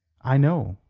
i know.